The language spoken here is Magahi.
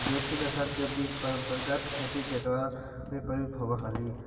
देशी नस्ल के बीज परम्परागत खेती के दौर में प्रयुक्त होवऽ हलई